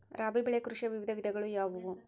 ರಾಬಿ ಬೆಳೆ ಕೃಷಿಯ ವಿವಿಧ ವಿಧಗಳು ಯಾವುವು?